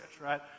right